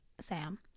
Sam